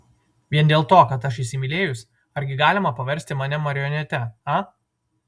vien dėl to kad aš įsimylėjus argi galima paversti mane marionete a